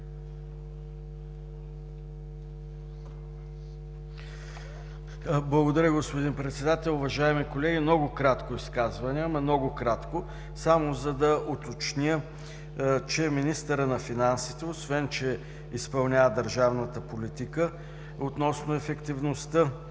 Благодаря, господин Председател. Уважаеми колеги, много кратко изказване, само за да уточня, че министърът на финансите, освен че изпълнява държавната политика относно ефективността